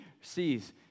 sees